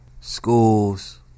schools